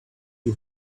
you